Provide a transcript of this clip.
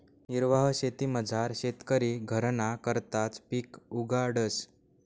निर्वाह शेतीमझार शेतकरी घरना करताच पिक उगाडस